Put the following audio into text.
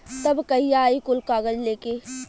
तब कहिया आई कुल कागज़ लेके?